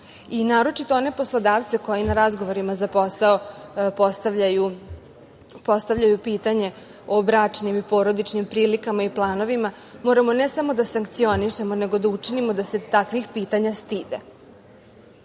i naročito one poslodavce koji na razgovorima za posao postavljaju pitanje o bračnim i porodičnim prilikama i planovima. Moramo ne samo da sankcionišemo nego da učinimo da se takvih pitanja stide. Ovim